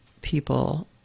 people